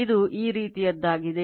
ಇದು ಈ ರೀತಿಯದ್ದಾಗಿದೆ